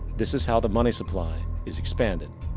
this is how the money supply is expanded.